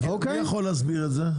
מי יכול להסביר את זה?